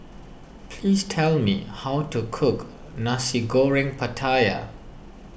please tell me how to cook Nasi Goreng Pattaya